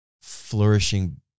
flourishing